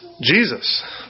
Jesus